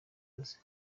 kazi